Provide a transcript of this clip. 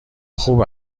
خوب